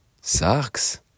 sucks